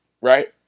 right